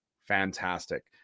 Fantastic